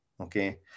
okay